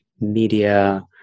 media